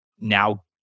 now